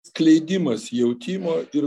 skleidimas jautimo ir